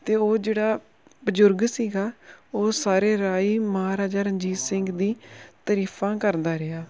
ਅਤੇ ਉਹ ਜਿਹੜਾ ਬਜ਼ੁਰਗ ਸੀਗਾ ਉਹ ਸਾਰੇ ਰਾਹ ਹੀ ਮਹਾਰਾਜਾ ਰਣਜੀਤ ਸਿੰਘ ਦੀ ਤਰੀਫਾਂ ਕਰਦਾ ਰਿਹਾ